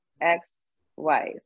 ex-wife